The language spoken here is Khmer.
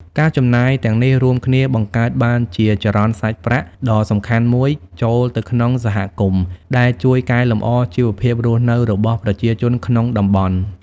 ការចំណាយទាំងនេះរួមគ្នាបង្កើតបានជាចរន្តសាច់ប្រាក់ដ៏សំខាន់មួយចូលទៅក្នុងសហគមន៍ ដែលជួយកែលម្អជីវភាពរស់នៅរបស់ប្រជាជនក្នុងតំបន់។